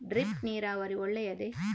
Drip ನೀರಾವರಿ ಒಳ್ಳೆಯದೇ?